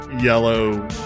yellow